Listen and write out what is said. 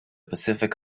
pacific